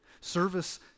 Service